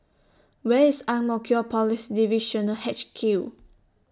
Where IS Ang Mo Kio Police Divisional H Q